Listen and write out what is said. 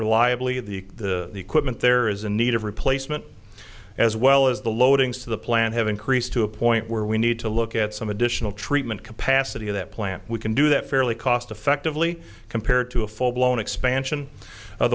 reliably the the equipment there is in need of replacement as well as the loadings to the plant have increased to a point where we need to look at some additional treatment capacity of that plant we can do that fairly cost effectively compared to a full blown expansion of